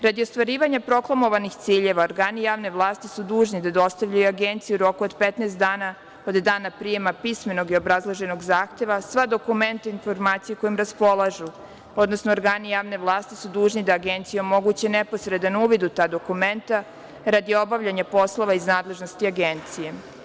Radi ostvarivanja proklamovanih ciljeva, organi javne vlasti su dužni da dostavljaju Agenciji u roku od 15 dana od dana prijema pismenog i obrazloženog zahteva sva dokumenta i informacije kojima raspolažu, odnosno organi javne vlasti su dužni da Agenciji omogući neposredan uvid u ta dokumenta radi obavljanja poslova iz nadležnosti Agencije.